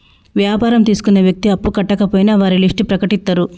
వ్యాపారం తీసుకున్న వ్యక్తి అప్పు కట్టకపోయినా వారి లిస్ట్ ప్రకటిత్తరు